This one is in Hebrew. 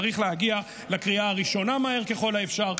צריך להגיע לקריאה הראשונה מהר ככל האפשר,